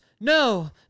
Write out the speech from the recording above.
no